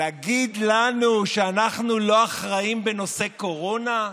להגיד לנו שאנחנו לא אחראיים בנושא קורונה?